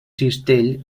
cistell